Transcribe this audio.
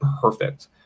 perfect